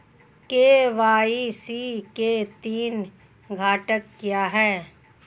KYC के तीन घटक क्या हैं?